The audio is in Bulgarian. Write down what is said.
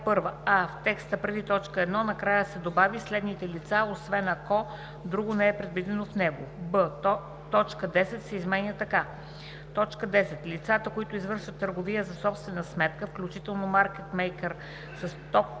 ал. 1: a) в текста преди т. 1 накрая да се добави: „следните лица, освен ако друго не е предвидено в него:”; б) Точка 10 да се измени така: „10. лицата, които извършват търговия за собствена сметка, включително маркет-мейкъри, със